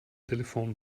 telefon